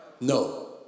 No